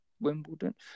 Wimbledon